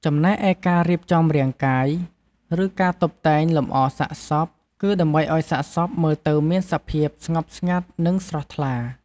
ចំណែកឯការរៀបចំរាងកាយ ឬការតុបតែងលម្អសាកសព គឺដើម្បីឱ្យសាកសពមើលទៅមានសភាពស្ងប់ស្ងាត់ និងស្រស់ថ្លា។